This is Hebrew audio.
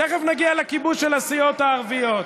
תכף נגיע לכיבוש של הסיעות הערביות.